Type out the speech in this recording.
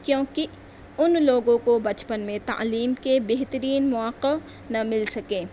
کیونکہ ان لوگوں کو بچپن میں تعلیم کے بہترین مواقع نہ مل سکے